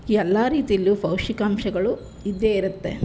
ಎಲ್ಲ ರೀತಿಯಲ್ಲೂ ಪೌಷ್ಟಿಕಾಂಶಗಳು ಇದ್ದೇ ಇರುತ್ತೆ